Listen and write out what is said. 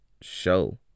show